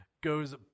goes